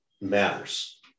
matters